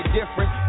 different